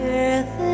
earth